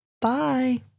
bye